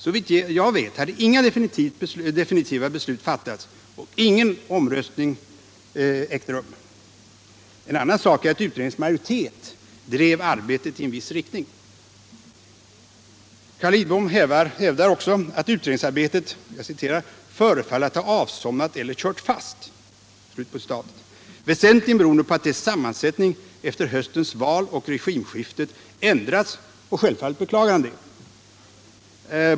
Såvitt jag vet hade inga definitiva beslut fattats och ingen omröstning ägt rum. En annan sak är att utredningens majoritet drev arbetet i en viss riktning. Om förslag till Carl Lidbom hävdar också att utredningsarbetet ”förefaller att ha av — riksdagen rörande somnat eller kört fast” — enligt Carl Lidbom skulle detta väsentligen = den framtida vara beroende på att utredningens sammansättning efter höstens val och = byggadministratioregimskiftet ändrats, och självfallet beklagar han detta.